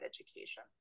education